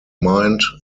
mind